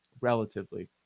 relatively